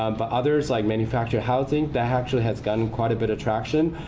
um but others, like multifamily housing, that actually has gotten quite a bit of traction.